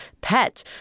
pet